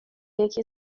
یکی